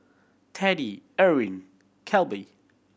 Teddie Irwin Kelby